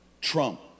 Trump